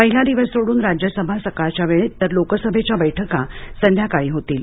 पहिला दिवस सोडून राज्यसभा सकाळच्या वेळेत तर लोकसभेच्या बैठका संध्याकाळी होतील